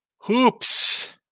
hoops